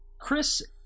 Chris